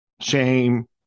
shame